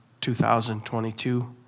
2022